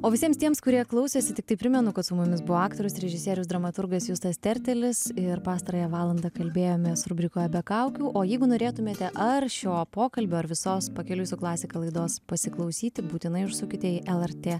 o visiems tiems kurie klausėsi tiktai primenu kad su mumis buvo aktorius režisierius dramaturgas justas tertelis ir pastarąją valandą kalbėjomės rubrikoje be kaukių o jeigu norėtumėte ar šio pokalbio ar visos pakeliui su klasika laidos pasiklausyti būtinai užsukite į lrt